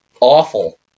Awful